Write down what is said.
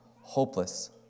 hopeless